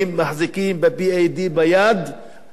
מחזיקים ב-.Ed.B ביד,